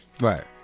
Right